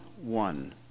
one